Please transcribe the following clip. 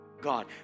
God